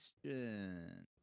question